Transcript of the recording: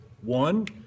one